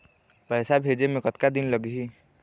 पैसा भेजे मे कतका दिन लगही?